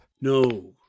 No